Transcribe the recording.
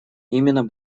именно